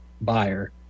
buyer